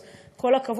אז כל הכבוד.